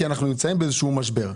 כי אנחנו נמצאים באיזשהו משבר.